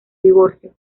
divorcio